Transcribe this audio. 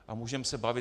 A můžeme se bavit.